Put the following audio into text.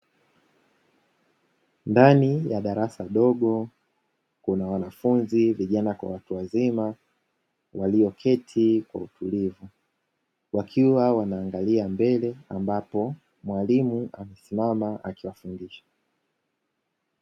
Ndani ya darasa dogo, Kuna wanafunzi vijana kwa watu wazima, walioketi kwa utulivu wakiwa wanaangalia mbele ambapo mwalimu akisimama akiwafundisha.